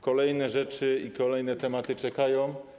Kolejne rzeczy i kolejne tematy czekają.